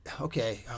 Okay